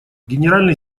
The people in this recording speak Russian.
генеральный